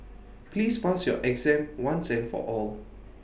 please pass your exam once and for all